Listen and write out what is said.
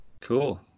cool